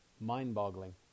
mind-boggling